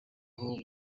aho